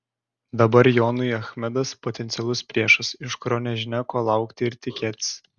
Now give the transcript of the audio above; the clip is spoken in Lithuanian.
dabar jonui achmedas potencialus priešas iš kurio nežinia ko laukti ir tikėtis